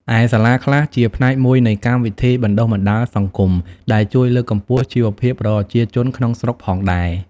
ឯសាលាខ្លះជាផ្នែកមួយនៃកម្មវិធីបណ្តុះបណ្តាលសង្គម ដែលជួយលើកកម្ពស់ជីវភាពប្រជាជនក្នុងស្រុកផងដែរ ។